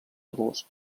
adults